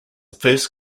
first